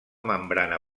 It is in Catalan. membrana